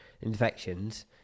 infections